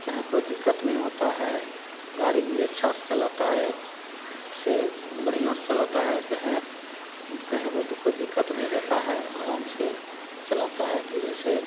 कहीं कोई दिक्कत नहीं होती है गाड़ी भी अच्छा से चलाता है से बढ़िया से चलाता है कहें कहें कोई दिक्कत नहीं रहता है आराम से चलाता है धीरे से